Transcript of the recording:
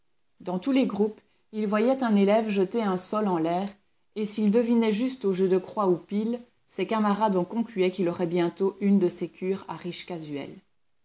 dans tous les groupes il voyait un élève jeter un sol en l'air et s'il devinait juste au jeu de croix ou pile ses camarades en concluaient qu'il aurait bientôt une de ces cures à riche casuel